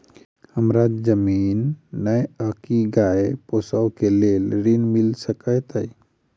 हमरा जमीन नै अई की गाय पोसअ केँ लेल ऋण मिल सकैत अई?